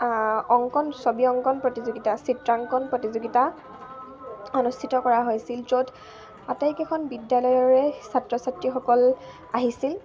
অংকন ছবি অংকন প্ৰতিযোগিতা চিত্ৰাংকণ প্ৰতিযোগিতা অনুষ্ঠিত কৰা হৈছিল য'ত আটাইকেইখন বিদ্যালয়ৰে ছাত্ৰ ছাত্ৰীসকল আহিছিল